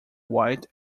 white